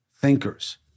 thinkers